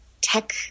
tech